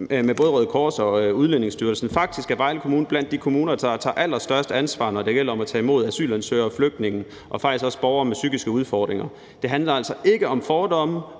med både Røde Kors og Udlændingestyrelsen. Faktisk er Vejle Kommune blandt de kommuner, der tager allerstørst ansvar, når det gælder om at tage imod asylansøgere og flygtninge og faktisk også borgere med psykiske udfordringer. Det handler altså ikke om fordomme